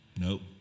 nope